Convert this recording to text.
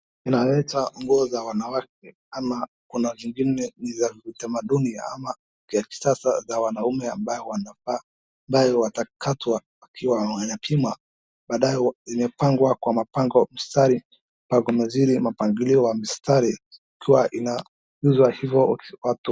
Inaleta nguo za wanawake ama kuna zingine ni za kitamaduni ama ya kisasa za wanaume ambayo wanavaa ambayo watakatwa wakiwa wanapima badaye imepangwa kwa mapango mstari na kwa zile mpangilio mstari ikiwa inauzwa hivyo.